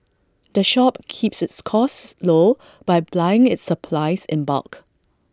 the shop keeps its costs low by buying its supplies in bulk